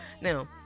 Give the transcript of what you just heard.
Now